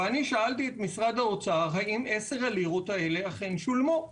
אני שאלתי את משרד האוצר האם עשר הלירות הללו אכן שולמו.